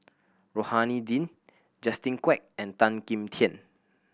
Rohani Din Justin Quek and Tan Kim Tian